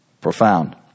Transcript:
Profound